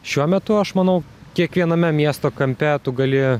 šiuo metu aš manau kiekviename miesto kampe tu gali